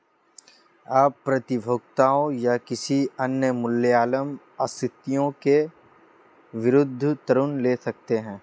आप प्रतिभूतियों या किसी अन्य मूल्यवान आस्तियों के विरुद्ध ऋण ले सकते हैं